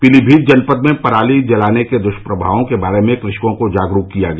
पीलीमीत जनपद में पराली जलाने के दुष्प्रभावों के बारे में कृषकों को जागरूक किया गया